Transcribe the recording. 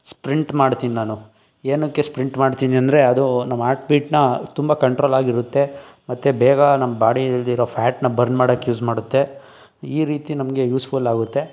sprint ಮಾಡ್ತೀನಿ ನಾನು ಏನಕ್ಕೆ ಸ್ಪ್ರಿಂಟ್ ಮಾಡ್ತೀನಿ ಅಂದರೆ ಅದು ನಮ್ಮ ಆರ್ಟ್ ಬೀಟನ್ನ ತುಂಬ ಕಂಟ್ರೋಲ್ ಆಗಿರುತ್ತೆ ಮತ್ತು ಬೇಗ ನಮ್ಮ ಬಾಡಿ ಇಲ್ಲದಿರೋ ಫ್ಯಾಟನ್ನ ಬರ್ನ್ ಮಾಡಕ್ಕೆ ಯೂಸ್ ಮಾಡುತ್ತೆ ಈ ರೀತಿ ನಮಗೆ ಯೂಸ್ಫುಲ್ ಆಗುತ್ತೆ